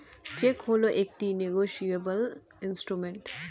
check হল একটি negotiable instrument